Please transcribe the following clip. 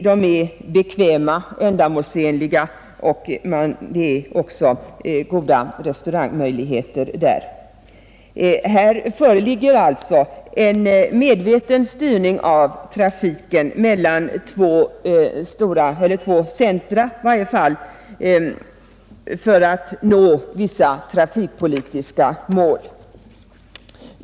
De är bekväma och ändamålsenliga, och restaurangmöjligheterna är goda. Här föreligger alltså en medveten styrning av trafiken mellan två centra för att nå vissa trafikpolitiska mål.